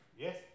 Yes